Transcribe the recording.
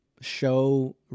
show